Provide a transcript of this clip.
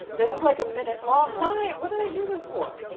this is like a minute-long line! what did i do this for?